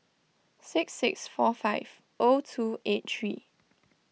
six six four five O two eight three